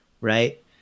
right